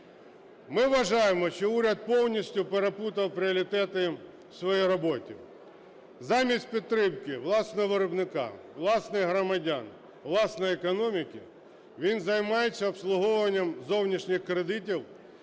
Ми вважаємо, що уряд повністю переплутав пріоритети в своїй роботі: замість підтримки власного виробника, власних громадян, власної економіки, він займається обслуговуванням зовнішніх кредитів,